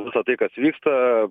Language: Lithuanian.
visa tai kas vyksta